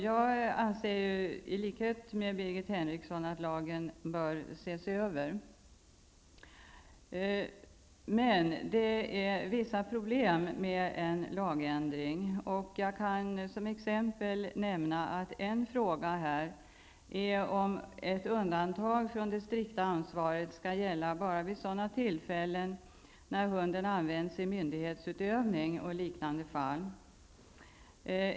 Jag anser i likhet med Birgit Henriksson att lagen bör ses över, men det är vissa problem med en lagändring. Jag kan som exempel nämna att en fråga här är om ett undantag från det strikta ansvaret skall gälla bara vid sådana tillfällen när hunden används i myndighetsutövning och liknande fall.